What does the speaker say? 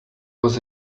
was